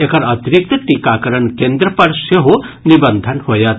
एकर अतिरिक्त टीकाकरण केन्द्र पर सेहो निबंधन होयत